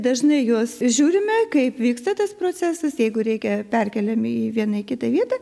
dažnai juos žiūrime kaip vyksta tas procesas jeigu reikia perkeliame į vieną į kitą vietą